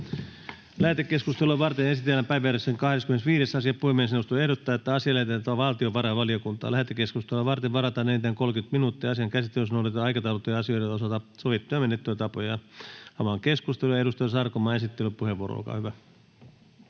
Lähetekeskustelua varten esitellään päiväjärjestyksen 10. asia. Puhemiesneuvosto ehdottaa, että asia lähetetään valtiovarainvaliokuntaan. Lähetekeskustelua varten varataan enintään 30 minuuttia. Asian käsittelyssä noudatetaan aikataulutettujen asioiden osalta sovittuja menettelytapoja. — Avaan keskustelun. Ministeri Saarikko, esittelypuheenvuoro, olkaa hyvä.